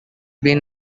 been